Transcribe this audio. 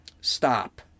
Stop